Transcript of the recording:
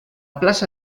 plaça